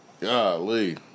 golly